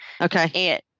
Okay